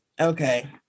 Okay